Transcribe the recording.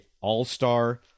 all-star